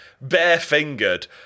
bare-fingered